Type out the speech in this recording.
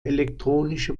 elektronische